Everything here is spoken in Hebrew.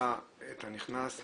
מזהה את הנכנס,